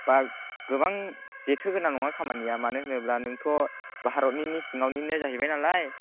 park गोबां जेथो गोनां नङा खामानिया मानो होनोब्ला नोंथ' भारतनिनो सिङावनिनो जाहैबाय नालाय